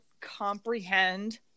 comprehend